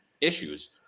issues